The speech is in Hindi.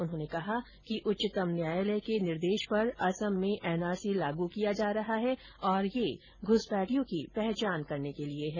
उन्होंने कहा कि उच्चतम न्यायालय के निर्देश पर असम में एनआरसी लागू किया जा रहा है और यह घुसपैठियों की पहचान करने के लिए हैं